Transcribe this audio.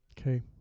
Okay